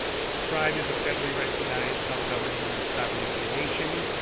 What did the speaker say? the tribe is a federally-recognized self-governing sovereign indian nation.